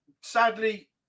Sadly